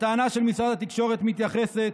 הטענה של משרד התקשורת מתייחסת